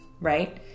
right